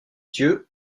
dieu